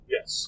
Yes